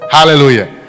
Hallelujah